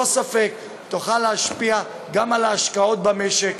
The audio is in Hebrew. ספק תוכל להשפיע גם על ההשקעות במשק,